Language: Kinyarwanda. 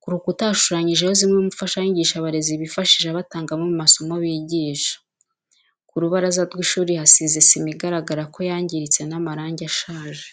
ku rukuta hashushanyijeho zimwe mu mfashanyigisho abarezi bifashisha batanga amwe mu masomo bigisha. Ku rubaraza rw'ishuri hasize sima igaragara ko yangiritse n'amarangi arashaje.